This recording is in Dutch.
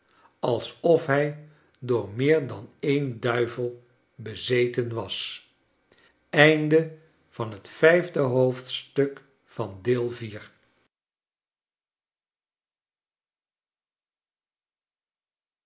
alsof hij door meer dan een duivel bezeten was